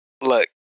Look